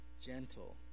gentle